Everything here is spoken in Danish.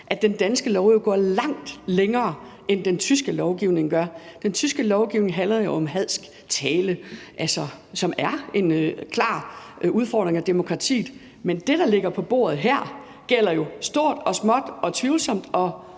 at den danske lovgivning jo går langt længere, end den tyske lovgivning gør. Den tyske lovgivning handler jo om hadsk tale, som altså er en klar udfordring af demokratiet, men det, der ligger på bordet her, gælder jo stort og småt og tvivlsomt og